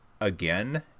again